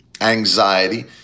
anxiety